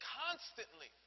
constantly